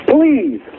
Please